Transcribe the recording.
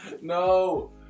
No